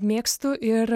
mėgstu ir